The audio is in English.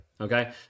Okay